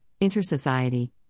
inter-society